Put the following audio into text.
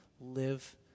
live